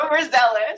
overzealous